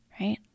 right